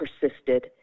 persisted